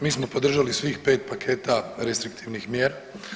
Mi smo podržali svih pet paketa restriktivnih mjera.